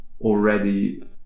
already